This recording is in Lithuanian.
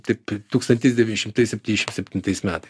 tik tūkstantis devyni šimtai septyniasdešim septintais metais